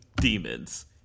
demons